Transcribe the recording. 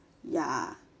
ya